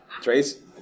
Trace